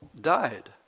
died